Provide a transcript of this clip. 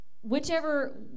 whichever